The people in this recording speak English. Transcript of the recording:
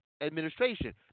administration